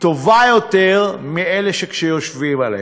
טובה יותר מאשר כאשר יושבים עליהם.